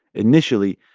initially,